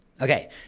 Okay